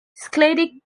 skaldic